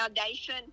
foundation